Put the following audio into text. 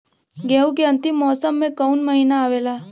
गेहूँ के अंतिम मौसम में कऊन महिना आवेला?